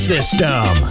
System